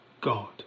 God